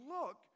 look